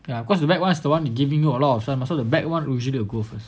ya cause the back one is the one giving you a lot of sum mah so the back one usually you go first